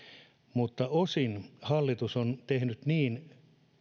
mutta osin hallitus on tehnyt niin